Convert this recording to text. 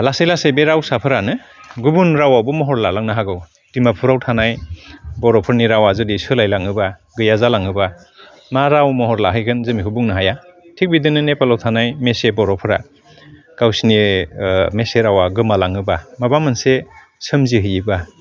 लासै लासै बे रावसाफ्रानो गुबुन रावावबो महर लालांनो हागौ डिमापुराव थानाय बर'फोरनि रावा जुदि सोलाय लाङोबा गैया जालाङोबा मा राव महर लाहैगोन जों बेखौ बुंनो हाया थिग बिदिनो नेपालाव थानाय मेसे बर'फ्रा गावसिनि मेसे रावा गोमा लाङोबा माबा मोनसे सोमजिहैयोबा